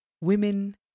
Women